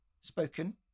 spoken